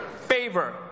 Favor